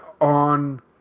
on